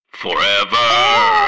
FOREVER